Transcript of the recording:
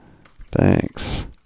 Thanks